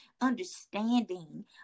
understanding